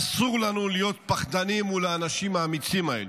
אסור לנו להיות פחדנים מול האנשים האמיצים האלו.